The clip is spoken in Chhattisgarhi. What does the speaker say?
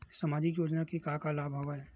सामाजिक योजना के का का लाभ हवय?